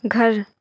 گھر